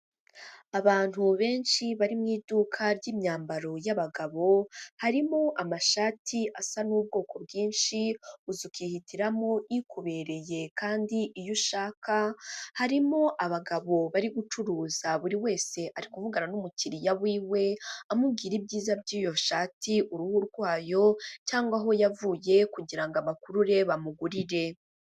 Abantu benshi bari mu iduka ry'imyambaro y'abagabo, harimo amashati asa n'ubwoko bwinshi uza ukihitiramo ikubereye kandi iyo ushaka, harimo abagabo bari gucuruza buri wese ari kuvugana n'umukiriya wiwe amubwira ibyiza by'iyo shati, uruhu rwayo cyangwa aho yavuye kugira ngo abakurure bamugurire.